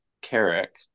Carrick